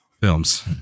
films